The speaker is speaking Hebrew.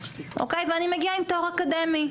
ואני מגיעה עם תואר אקדמי.